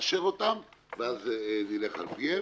נאשר אותם ואז נלך על פיהם.